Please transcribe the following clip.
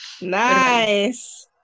Nice